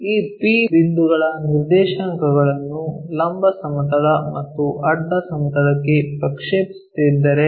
ಈ P ಬಿಂದುಗಳ ನಿರ್ದೇಶಾಂಕಗಳನ್ನು ಲಂಬ ಸಮತಲ ಮತ್ತು ಅಡ್ಡ ಸಮತಲಕ್ಕೆ ಪ್ರಕ್ಷೇಪಿಸುತ್ತಿದ್ದರೆ